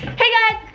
hey guys,